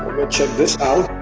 check this out